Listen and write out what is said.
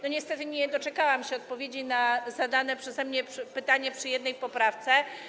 Niestety nie doczekałam się odpowiedzi na zadane przeze mnie pytanie przy jednej poprawce.